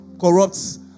corrupts